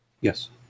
Yes